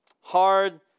hard